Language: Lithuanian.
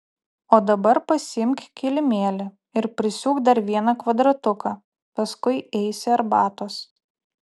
o dabar pasiimk kilimėlį ir prisiūk dar vieną kvadratuką paskui eisi arbatos